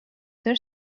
there